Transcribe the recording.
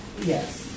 yes